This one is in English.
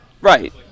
right